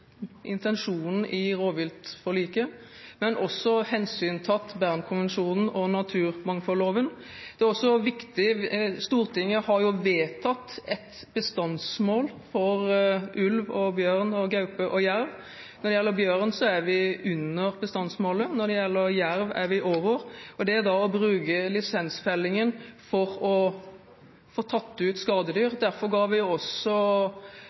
intensjonen i rovviltforliket, men også hensyntatt Bernkonvensjonen og naturmangfoldloven. Stortinget har vedtatt et bestandsmål for ulv, bjørn, gaupe og jerv – når det gjelder bjørn, er vi under bestandsmålet, når det gjelder jerv, er vi over – og å bruke lisensfelling for å få tatt ut skadedyr. Derfor ga vi for kort tid tilbake også